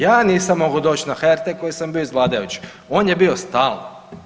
Ja nisam mogao doći na HRT koji sam bio iz vladajućih, on je bio stalno.